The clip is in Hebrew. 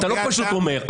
אתה לא פשוט אומר.